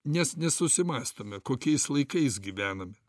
nes nesusimąstome kokiais laikais gyvename